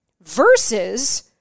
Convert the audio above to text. Versus